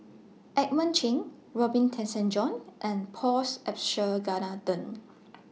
Edmund Cheng Robin Tessensohn and Paul's Abisheganaden